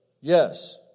Yes